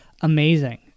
amazing